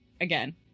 again